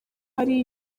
hari